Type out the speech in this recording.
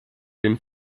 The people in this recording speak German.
den